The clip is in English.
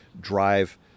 drive